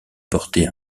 porter